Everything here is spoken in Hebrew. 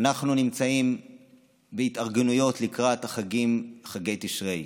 אנחנו נמצאים בהתארגנויות לקראת החגים, חגי תשרי,